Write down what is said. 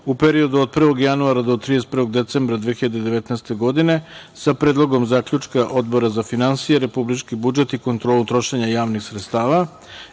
u periodu od 1. januara do 31. decembra 2019. godine, sa Predlogom zaključka Odbora za finansije, republički budžet i kontrolu trošenja javnih sredstava